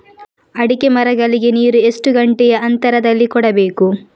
ಅಡಿಕೆ ಮರಗಳಿಗೆ ನೀರು ಎಷ್ಟು ಗಂಟೆಯ ಅಂತರದಲಿ ಕೊಡಬೇಕು?